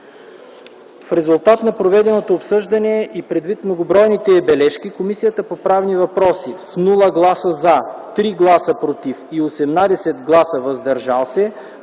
В резултат на проведеното обсъждане и предвид многобройните бележки Комисията по правни въпроси с 0 гласа „за”, 3 гласа „против” и 18 гласа “въздържали се”